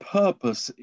purpose